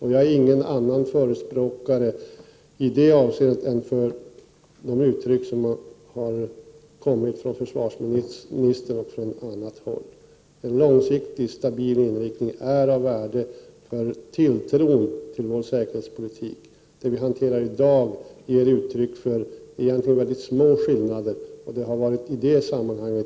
I detta sammanhang vill jag framhålla de uttalanden som gjorts av försvarsministern och från annat håll. En långsiktig, stabil inriktning är av värde för tilltron till vår Prot. 1988/89:91 säkerhetspolitik. 6 april 1989 Det som vi i dag behandlar ger egentligen uttryck för mycket små skillnader.